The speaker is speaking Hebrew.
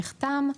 שנחתם,